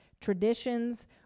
traditions